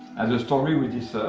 as a story with this